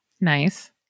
Nice